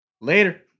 later